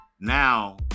Now